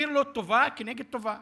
מחזיר לו טובה כנגד טובה.